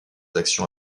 actions